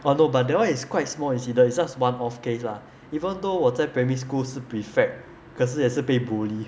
ah no but that [one] is quite small incident is just one off case lah even though 我在 primary school 是 prefect 可是也是被 bully